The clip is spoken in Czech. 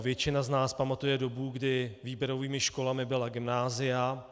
Většina z nás pamatuje dobu, kdy výběrovými školami byla gymnázia.